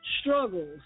Struggles